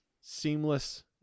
seamless